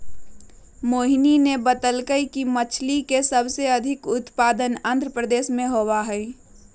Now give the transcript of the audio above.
मोहिनी ने बतल कई कि मछ्ली के सबसे अधिक उत्पादन आंध्रप्रदेश में होबा हई